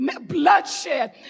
bloodshed